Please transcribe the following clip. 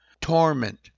Torment